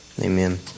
amen